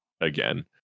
again